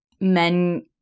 men